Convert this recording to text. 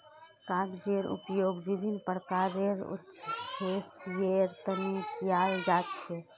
कागजेर उपयोग विभिन्न प्रकारेर उद्देश्येर तने कियाल जा छे